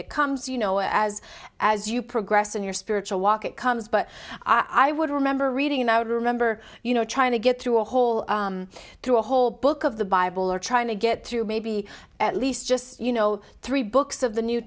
it comes you know as as you progress in your spiritual walk it comes but i would remember reading it now to remember you know trying to get through a hole through a whole book of the bible or trying to get through maybe at least just you know three books of the new